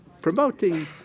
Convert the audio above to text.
promoting